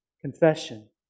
confession